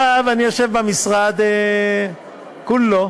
אני יושב במשרד כולו